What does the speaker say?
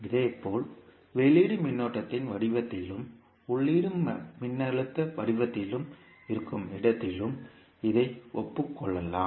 இதேபோல் வெளியீடு மின்னோட்டத்தின் வடிவத்திலும் உள்ளீடு மின்னழுத்த வடிவத்திலும் இருக்கும் இடத்திலும் இதை ஒப்புக் கொள்ளலாம்